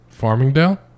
Farmingdale